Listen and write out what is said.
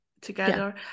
together